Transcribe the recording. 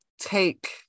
take